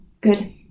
Good